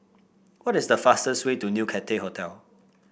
what is the fastest way to New Cathay Hotel